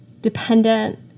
dependent